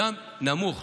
נמוך.